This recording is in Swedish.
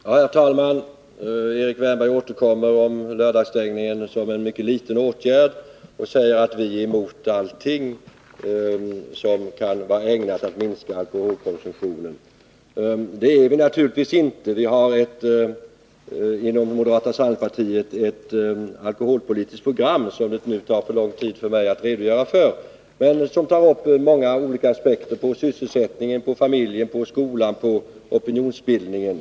Herr talman! Erik Wärnberg återkommer med argumentet att lördagsstängningen är en mycket liten åtgärd. Han säger att vi är emot allting som kan vara ägnat att minska alkoholkonsumtionen. Det är vi naturligtvis inte. Inom moderata samlingspartiet har vi ett alkoholpolitiskt program som det tar för lång tid att redogöra för nu, men som tar upp många olika aspekter — på sysselsättningen, familjen, skolan, opinionsbildningen.